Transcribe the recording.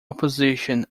opposition